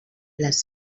les